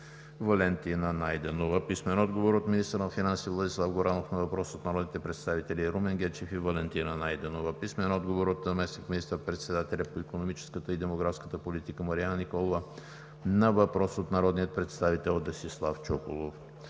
Валентина Найденова; - министъра на финансите Владислав Горанов на въпрос от народните представители Румен Гечев и Валентина Найденова; - заместник министър-председателя по икономическата и демографската политика Марияна Николова на въпрос от народния представител Десислав Чуколов;